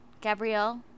Gabrielle